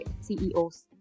CEOs